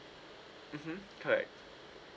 mmhmm correct